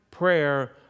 Prayer